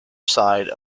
side